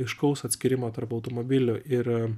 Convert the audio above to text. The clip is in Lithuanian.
aiškaus atskyrimo tarp automobilių ir